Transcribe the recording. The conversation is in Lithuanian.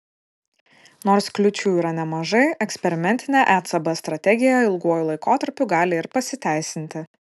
nors kliūčių yra nemažai eksperimentinė ecb strategija ilguoju laikotarpiu gali ir pasiteisinti